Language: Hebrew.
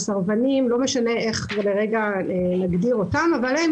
הסרבנים לא משנה איך נגדיר אותם והם